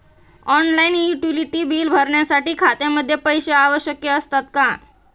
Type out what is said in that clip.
Online utility बिले भरण्यासाठी खात्यामध्ये पैसे आवश्यक असतात का?